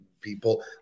people